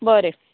बरें